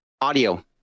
audio